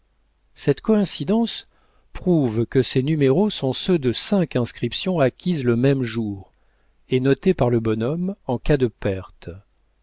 cette coïncidence prouve que ces numéros sont ceux de cinq inscriptions acquises le même jour et notées par le bonhomme en cas de perte